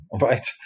right